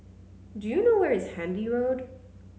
do you know where is Handy Road